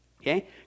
Okay